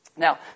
Now